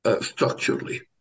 Structurally